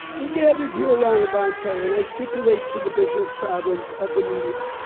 we're gathered here around a bonfire and i stipulate to the business problems of the media.